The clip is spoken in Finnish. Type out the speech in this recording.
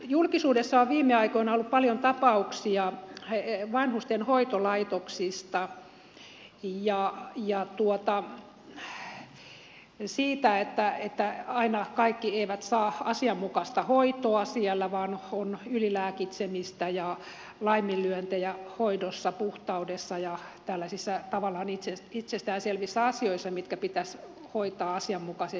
julkisuudessa on viime aikoina ollut paljon tapauksia vanhusten hoitolaitoksista ja siitä että aina kaikki eivät saa asianmukaista hoitoa siellä vaan on ylilääkitsemistä ja laiminlyöntejä hoidossa puhtaudessa ja tällaisissa tavallaan itsestään selvissä asioissa mitkä pitäisi hoitaa asianmukaisesti